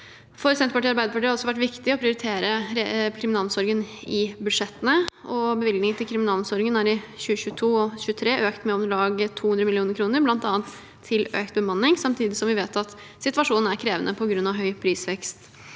For Senterpartiet og Arbeiderpartiet har det også vært viktig å prioritere kriminalomsorgen i budsjettene, og bevilgningene til kriminalomsorgen er i 2022 og 2023 økt med om lag 200 mill. kr, bl.a. til økt bemanning, samtidig som vi vet at situasjonen er krevende på grunn av høy prisvekst.